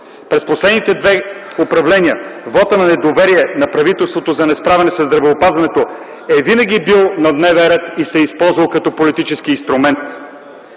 През последните две управления вотът на недоверие на правителството за несправяне със здравеопазването винаги е бил на дневен ред и се е използвал като политически инструмент.